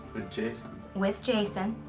jason. with jason,